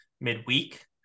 midweek